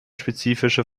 spezifische